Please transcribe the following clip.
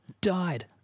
died